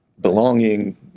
belonging